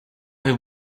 have